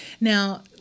Now